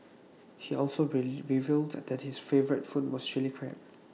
he also revealed that his favourite food was Chilli Crab